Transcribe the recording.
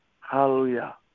Hallelujah